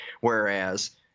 whereas